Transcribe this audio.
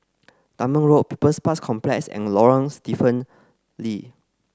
Dunman Road People's Parks Complex and Lorong Stephen Lee